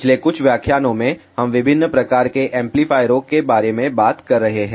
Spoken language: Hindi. पिछले कुछ व्याख्यानों में हम विभिन्न प्रकार के एम्पलीफायरों के बारे में बात कर रहे हैं